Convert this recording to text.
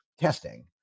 testing